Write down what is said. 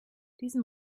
diesen